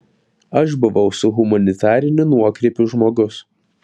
aš buvau su humanitariniu nuokrypiu žmogus